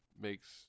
makes